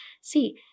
see